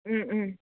ও ও